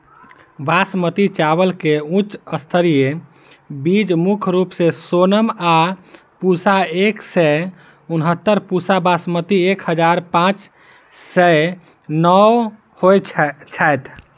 बासमती चावल केँ सबसँ उच्च स्तरीय बीज मुख्य रूप सँ सोनम आ पूसा एक सै उनहत्तर, पूसा बासमती एक हजार पांच सै नो होए छैथ?